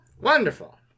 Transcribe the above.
Wonderful